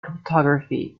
cryptography